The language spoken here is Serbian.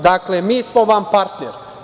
Dakle, mi smo vam partner.